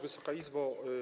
Wysoka Izbo!